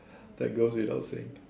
that goes without saying